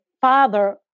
father